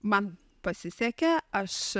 man pasisekė aš